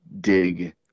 dig